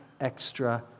extra